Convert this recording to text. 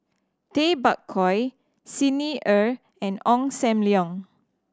Tay Bak Koi Xi Ni Er and Ong Sam Leong